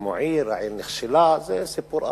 והקימו עיר, העיר נכשלה, זה סיפור ארוך.